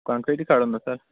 کَنٛکِرٛیٖٹٕے کھارہونا سر